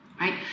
right